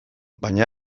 baina